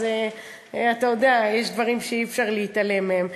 אז יש דברים שאי-אפשר להתעלם מהם.